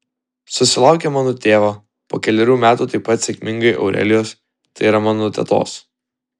susilaukė mano tėvo po kelerių metų taip pat sėkmingai aurelijos tai yra mano tetos